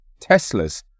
Teslas